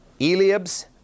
Eliab's